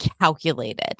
calculated